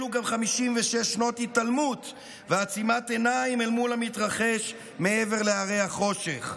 גם 56 שנות התעלמות ועצימת עיניים אל מול המתרחש מעבר להרי החושך.